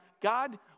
God